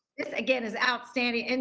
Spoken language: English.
this again is outstanding, and